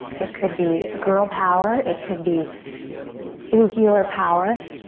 it could be girl power, it could be blue heeler power.